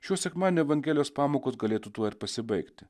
šio sekmadienio evangelijos pamokos galėtų tuo ir pasibaigti